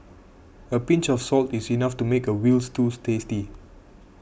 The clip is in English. a pinch of salt is enough to make a Veal Stew tasty